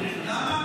למה?